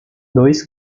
dois